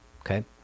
Okay